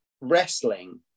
wrestling